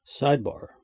Sidebar